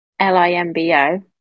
Limbo